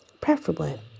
Preferably